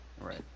right